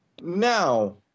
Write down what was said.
Now